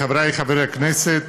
חברי חברי הכנסת,